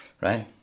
Right